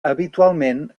habitualment